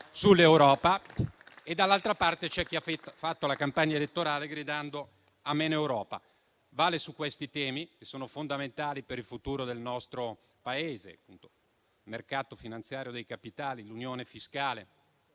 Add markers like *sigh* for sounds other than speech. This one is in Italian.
*applause* e dall'altra parte c'era chi ha fatto la campagna elettorale gridando meno Europa. Vale su questi temi, che sono fondamentali per il futuro del nostro Paese: mercato finanziario dei capitali, unione fiscale